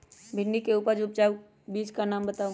भिंडी के उच्च उपजाऊ बीज के नाम बताऊ?